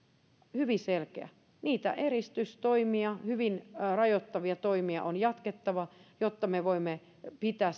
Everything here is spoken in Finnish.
hyvin selkeä niitä eristystoimia hyvin rajoittavia toimia on jatkettava jotta me voimme pitää